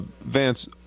Vance